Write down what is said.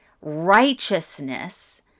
righteousness